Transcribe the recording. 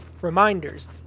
reminders